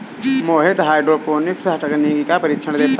मोहित hydroponics तकनीक का प्रशिक्षण देता है